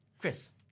Chris